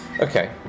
Okay